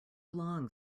long